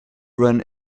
run